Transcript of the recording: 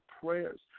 prayers